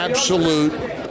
Absolute